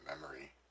memory